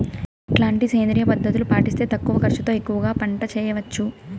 ఎట్లాంటి సేంద్రియ పద్ధతులు పాటిస్తే తక్కువ ఖర్చు తో ఎక్కువగా పంట చేయొచ్చు?